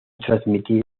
transmitir